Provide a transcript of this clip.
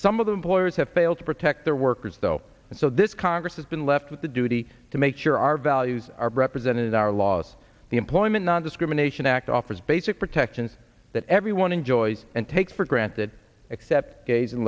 some of the employers have failed to protect their workers though and so this congress has been left with the duty to make sure our values are represented our laws the employment nondiscrimination act offers basic protections that everyone enjoys and take for granted except gays and